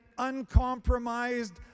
uncompromised